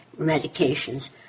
medications